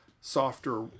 softer